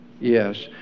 Yes